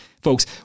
Folks